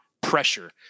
pressure